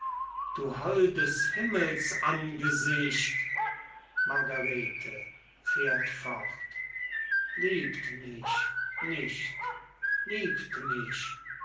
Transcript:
du holdes himmels angesicht margarete fährt fort liebt mich nicht liebt mich